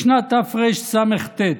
בשנת התרס"ט,